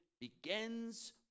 begins